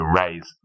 raise